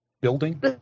building